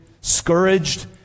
scourged